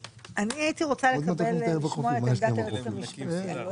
הייתי רוצה לשמוע את עמדת היועצת המשפטית